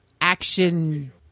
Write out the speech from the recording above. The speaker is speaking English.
action